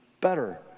better